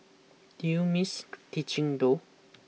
do you miss teaching though